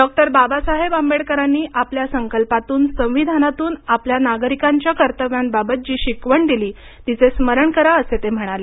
doctor Babasaheb आंबेडकरांनी आपल्या संकल्पातून संविधानातून आपल्याला नागरिकांच्या कर्तव्यांबाबत जी शिकवण दिली तिचे स्मरण करा असे ते म्हणाले